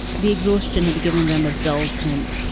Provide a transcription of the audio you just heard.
the exhaustion had given them a dull tent,